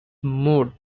mode